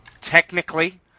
technically